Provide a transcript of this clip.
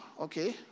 okay